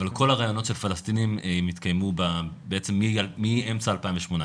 אבל כל הראיונות של פלסטינים התקיימו בעצם מאמצע 2018,